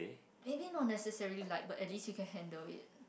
maybe not necessarily like but at least you can handle it